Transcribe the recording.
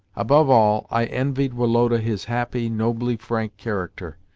above all, i envied woloda his happy, nobly frank character,